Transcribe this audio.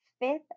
fifth